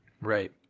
Right